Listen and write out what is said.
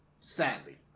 sadly